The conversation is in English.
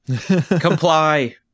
Comply